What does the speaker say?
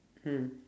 mm